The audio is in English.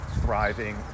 thriving